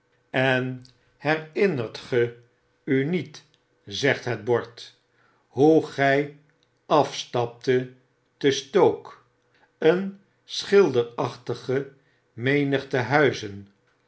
en hennnert ge u niet zegt het bord hoe gy afstaptet te stoke een schilderachtige menigte huizen